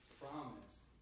promise